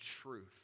truth